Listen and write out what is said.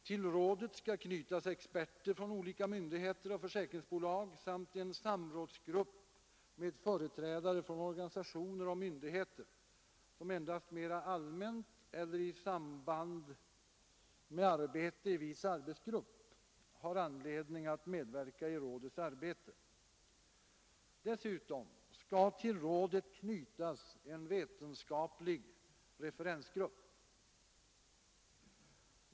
Till rådet skall knytas experter från olika myndigheter och försäkringsbolag samt en samrådsgrupp med företrädare för organisationer och myndigheter som endast mera allmänt eller i samband med verksamhet i viss arbetsgrupp har anledning att medverka i rådets arbete. Dessutom skall till rådet knytas en vetenskaplig referensgrupp.